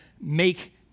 make